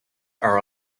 are